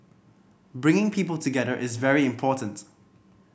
bringing people together is very important